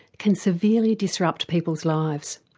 can severely disrupt people's lives.